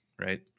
right